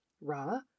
Ra